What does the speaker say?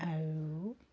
আৰু